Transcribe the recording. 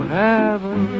heaven